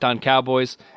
Cowboys